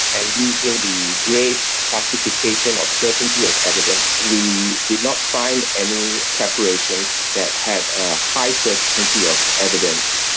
and using the grade classification of certainty of evidence we did not find any preparations that had a high certainty of evidence.